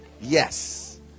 yes